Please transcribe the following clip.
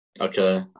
Okay